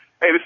Hey